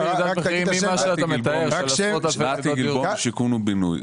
נתי גלבוע, שיכון ובינוי.